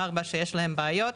ארבעה שיש להם בעיות.